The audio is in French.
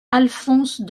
alphonse